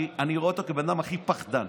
אני רואה אותו כאדם הכי פחדן,